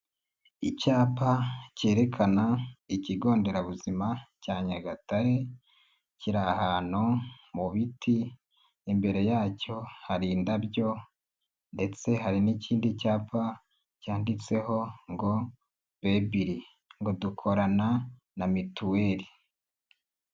Icyapa kerekana ikigo nderabuzima cya Nyagatare kiri ahantu mu biti, imbere yacyo hari indabyo ndetse hari n'ikindi cyapa cyanditseho ngo bebili ngo dukorana na mituweli.